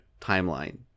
timeline